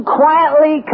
quietly